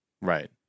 right